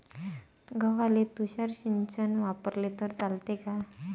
गव्हाले तुषार सिंचन वापरले तर चालते का?